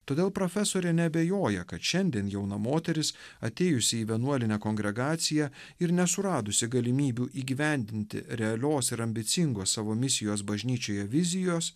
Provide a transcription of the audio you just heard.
todėl profesorė neabejoja kad šiandien jauna moteris atėjusi į vienuolinę kongregaciją ir nesuradusi galimybių įgyvendinti realios ir ambicingos savo misijos bažnyčioje vizijos